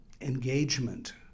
engagement